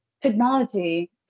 technology